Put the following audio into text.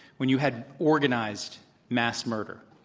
when you had organized mass murder.